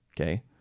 Okay